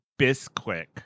Bisquick